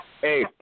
hey